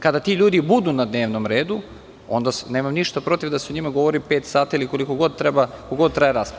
Kada ti ljudi budu na dnevnom redu onda nemam ništa protiv da se o njima govori pet sati ili koliko god treba, koliko god traje rasprava.